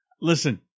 Listen